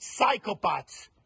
psychopaths